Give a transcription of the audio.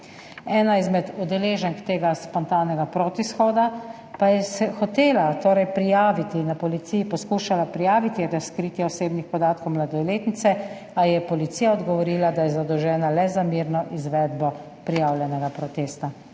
Ena izmed udeleženk tega spontanega protishoda pa je hotela prijaviti, na policiji poskušala prijaviti razkritje osebnih podatkov mladoletnice, a ji je policija odgovorila, da je zadolžena le za mirno izvedbo prijavljenega protesta.